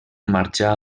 marxà